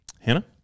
Hannah